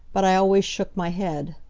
but i always shook my head.